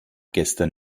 gestern